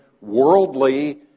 worldly